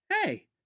Hey